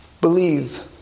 believe